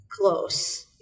close